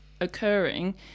occurring